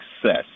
success